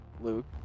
Luke